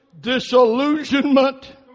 disillusionment